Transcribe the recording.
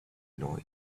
noise